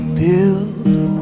build